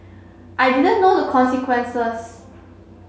I didn't know the consequences